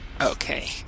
Okay